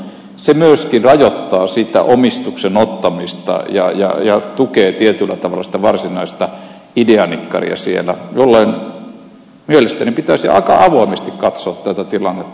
se myöskin rajoittaa sitä omistuksen ottamista ja tukee tietyllä tavalla sitä varsinaista ideanikkaria siellä jolloin mielestäni pitäisi aika avoimesti katsoa tätä tilannetta